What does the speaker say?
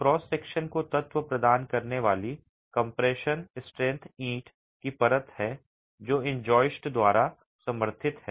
cross section को तत्व प्रदान करने वाली कम्प्रेशन स्ट्रेंथ ईंट की परत है जो इन जॉइस्ट द्वारा समर्थित है